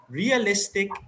realistic